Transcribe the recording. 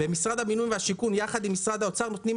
משרד הבינוי והשיכון יחד עם משרד האוצר נותנים